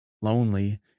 Lonely